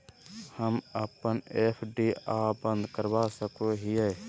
हम अप्पन एफ.डी आ बंद करवा सको हियै